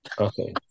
okay